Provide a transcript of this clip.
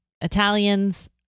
Italians